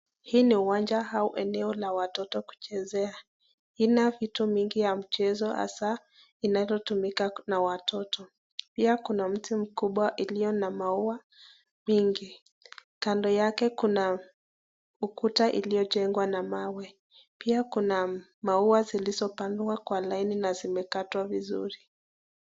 Hii ni uwanja au eneo la watoto kuchezea. Ina vitu vingi vya mchezo hasa inayotumika na watoto. Pia kuna mti mkubwa iliyo na maua mingi. Kando yake kuna ukuta iliyojengwa na mawe. Pia kuna maua zilizopandwa kwa laini na zimekatwa vizuri.